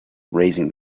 raising